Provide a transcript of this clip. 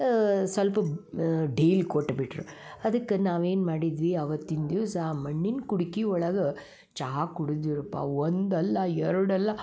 ಸ್ವಲ್ಪ ಡೀಲ್ ಕೊಟ್ಬಿಟ್ರು ಅದಕ್ಕೆ ನಾವೇನು ಮಾಡಿದ್ವಿ ಅವತ್ತಿನ ದಿವಸ ಮಣ್ಣಿನ ಕುಡ್ಕಿ ಒಳಗೆ ಚಹಾ ಕುಡ್ದ್ವಿರಪ್ಪ ಒಂದಲ್ಲ ಎರಡಲ್ಲ